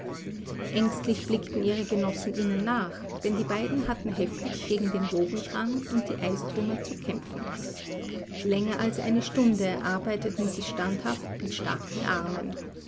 ängstlich blickten ihre genossen ihnen nach denn die beiden hatten heftig gegen den wogendrang und die eistrümmer zu kämpfen länger als eine stunde arbeiteten sie standhaft mit starken armen